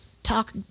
talk